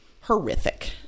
horrific